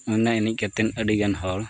ᱚᱱᱟ ᱮᱱᱮᱡ ᱠᱟᱛᱮᱫ ᱟᱹᱰᱤᱜᱟᱱ ᱦᱚᱲ